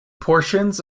portions